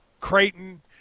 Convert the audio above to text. Creighton